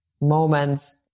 moments